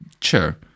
Sure